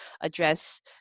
address